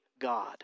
God